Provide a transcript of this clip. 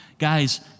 guys